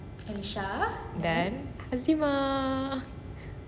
dan hazimah